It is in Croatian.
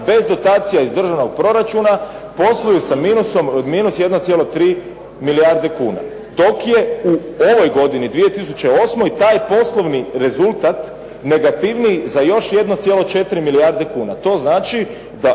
bez dotacija iz državnog proračuna posluju sa minusom od minus 1,3 milijarde kuna dok je u ovoj godini 2008. taj poslovni rezultat negativniji za još 1,4 milijarde kuna. To znači da